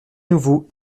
nouveau